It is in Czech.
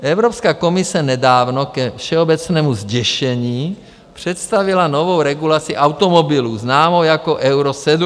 Evropská komise nedávno ke všeobecnému zděšení představila novou regulaci automobilů, známou jako Euro 7.